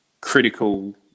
critical